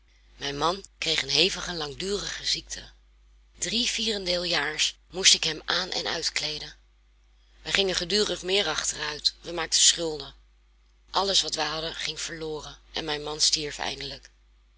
mijn man kreeg een hevige langdurige ziekte drie vierendeel jaars moest ik hem aan en uitkleeden wij gingen gedurig meer achteruit wij maakten schulden alles wat wij hadden ging verloren en mijn man stierf eindelijk